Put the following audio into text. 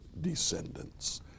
descendants